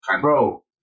Bro